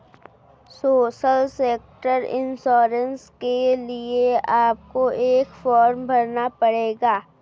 social sector insurance के लिए आपको एक फॉर्म भरना पड़ेगा